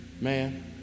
man